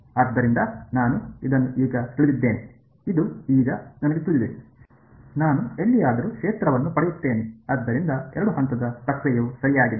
ಆದ್ದರಿಂದ ನಾನು ಇದನ್ನು ಈಗ ತಿಳಿದಿದ್ದೇನೆ ಇದು ಈಗ ನನಗೆ ತಿಳಿದಿದೆ ನಾನು ಎಲ್ಲಿಯಾದರೂ ಕ್ಷೇತ್ರವನ್ನು ಪಡೆಯುತ್ತೇನೆ ಆದ್ದರಿಂದ ಎರಡು ಹಂತದ ಪ್ರಕ್ರಿಯೆಯು ಸರಿಯಾಗಿದೆ